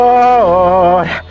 Lord